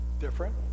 different